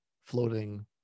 floating